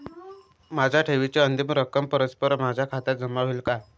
माझ्या ठेवीची अंतिम रक्कम परस्पर माझ्या खात्यात जमा होईल का?